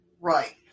Right